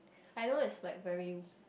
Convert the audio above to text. I know it's like very